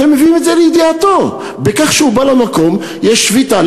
אתם מביאים את זה לידיעתו בכך שהוא בא למקום ויש שביתה.